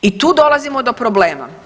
I tu dolazimo do problema.